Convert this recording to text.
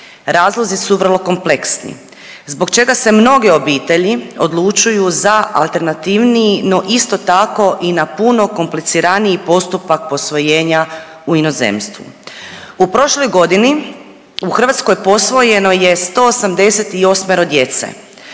razlozi su vrlo kompleksni zbog čega se mnoge obitelji odlučuju za alternativniji, no isto tako i na puno kompliciraniji postupak posvojenja u inozemstvu. U prošloj godini u Hrvatskoj posvojeno je 188 djece,